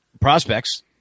prospects